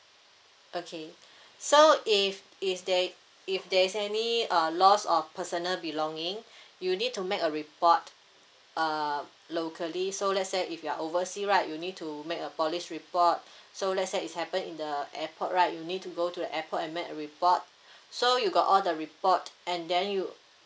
okay so if it's there if there's any uh loss of personal belonging you need to make a report uh locally so let's say if you're oversea right you need to make a police report so let's say is happen in the airport right you need to go to the airport and make a report so you got all the report and then you